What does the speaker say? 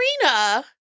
Trina